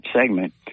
segment